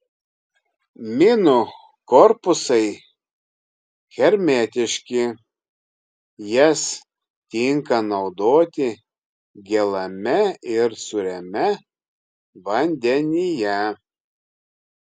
minų korpusai hermetiški jas tinka naudoti gėlame ir sūriame vandenyje